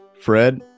Fred